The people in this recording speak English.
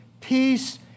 peace